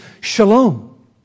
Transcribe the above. shalom